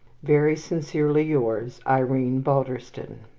very sincerely yours, irene balderston.